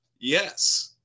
yes